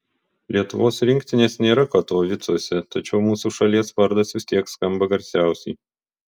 lietuvos rinktinės nėra katovicuose tačiau mūsų šalies vardas vis tiek skamba garsiausiai